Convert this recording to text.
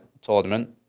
tournament